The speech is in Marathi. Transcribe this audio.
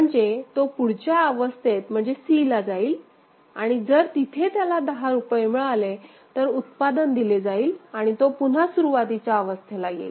म्हणजे तो पुढच्या अवस्थेत म्हणजे c ला जाईल आणि जर तिथे त्याला दहा रुपये मिळाले तर उत्पादन दिले जाईल आणि तो पुन्हा सुरुवातीच्या अवस्थेला येईल